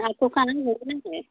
आपको कहाँ जाना है